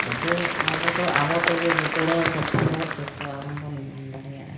ᱛᱚᱵᱮ ᱟᱵᱚᱫᱚ ᱟᱵᱚ ᱛᱮᱜᱮ ᱜᱚᱯᱚᱲᱚ ᱥᱚᱯᱚᱦᱚᱫ ᱡᱚᱛᱚ ᱟᱨᱚᱵᱚᱱ ᱧᱟᱢ ᱫᱟᱲᱮᱭᱟᱜᱼᱟ